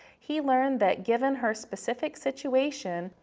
he learned that given her specific situation,